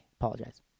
apologize